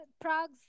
Prague